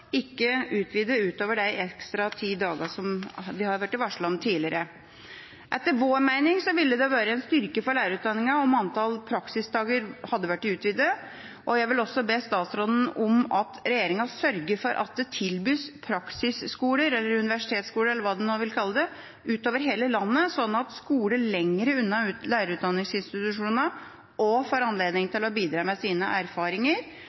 ikke utvidet utover de ekstra ti dagene som vi har blitt varslet om tidligere. Etter vår mening ville det vært en styrke for lærerutdanningen om antall praksisdager hadde blitt utvidet, og jeg vil også be statsråden om at regjeringa sørger for at det tilbys praksisskoler, eller universitetsskoler, eller hva en nå vil kalle det, utover hele landet, slik at skoler lenger unna lærerutdanningsinstitusjonene også får anledning til å bidra med sine erfaringer